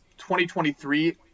2023